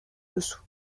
dessous